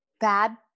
bad